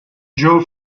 joe